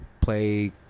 play